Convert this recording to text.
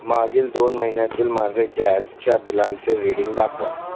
मागील दोन महिन्यातील माझे गॅसच्या बिलांचे रीडिंग दाखवा